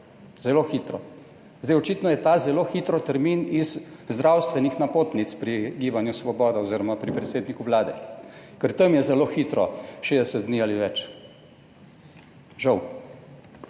zelo hitro. Zdaj, očitno je ta zelo hitro termin iz zdravstvenih napotnic pri Gibanju Svoboda, oz. pri predsedniku Vlade, ker tam je zelo hitro, 60 dni ali več, žal.